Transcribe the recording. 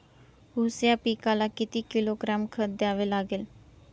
ऊस या पिकाला किती किलोग्रॅम खत द्यावे लागेल?